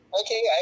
Okay